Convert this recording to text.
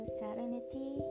serenity